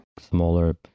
Smaller